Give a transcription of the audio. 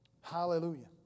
Hallelujah